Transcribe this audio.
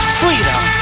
freedom